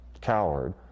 coward